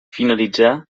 finalitzà